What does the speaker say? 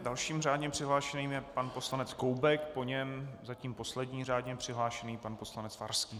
Dalším řádně přihlášeným je pan poslanec Koubek, po něm zatím poslední řádně přihlášený pan poslanec Farský.